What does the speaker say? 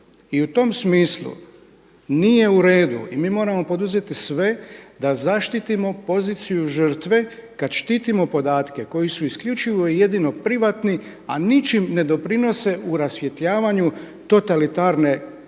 I u tom smislu nije uredu i mi moramo poduzeti sve da zaštitimo poziciju žrtve kada štitimo podatke koji su isključivo i jedino privatni, a ničim ne doprinose u rasvjetljavanju totalitarne srži